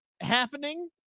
happening